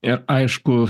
ir aišku